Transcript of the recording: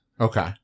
Okay